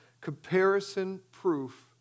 comparison-proof